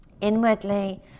inwardly